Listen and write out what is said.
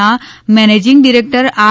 ના managing director R